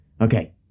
Okay